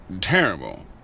Terrible